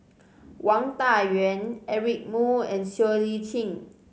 Wang Dayuan Eric Moo and Siow Lee Chin